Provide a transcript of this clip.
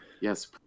yes